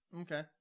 Okay